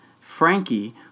Frankie